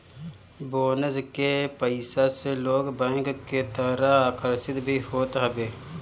bonus के पईसा से लोग बैंक के तरफ आकर्षित भी होत हवे